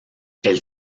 elle